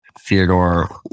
Theodore